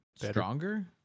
stronger